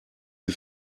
die